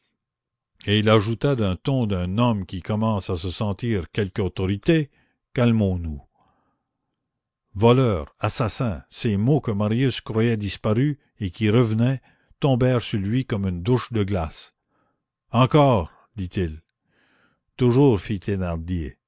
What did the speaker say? et il ajouta du ton d'un homme qui commence à se sentir quelque autorité calmons nous voleur assassin ces mots que marius croyait disparus et qui revenaient tombèrent sur lui comme une douche de glace encore dit-il toujours